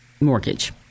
mortgage